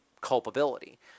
culpability